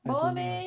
I don't know